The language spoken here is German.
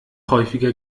häufiger